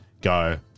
go